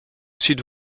sud